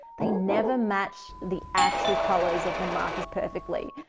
they never match the actual colors of the markers perfectly.